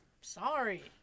Sorry